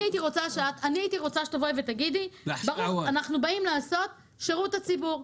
הייתי רוצה שתגידי: אנחנו באים לעשות שירות לציבור.